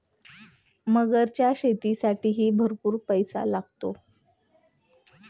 मगरीच्या शेतीसाठीही भरपूर पैसा लागतो